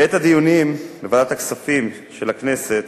בעת הדיונים בוועדת הכספים של הכנסת